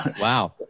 Wow